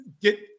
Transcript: get